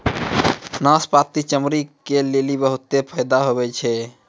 नाशपती चमड़ी के लेली बहुते फैदा हुवै छै